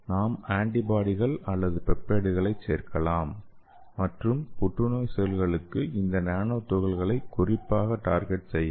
நாம் ஆன்டிபாடிகள் அல்லது பெப்டைட்களையும் சேர்க்கலாம் மற்றும் புற்றுநோய் செல்களுக்கு இந்த நானோ துகள்களை குறிப்பாக டார்கெட் செய்யலாம்